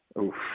oof